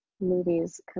movies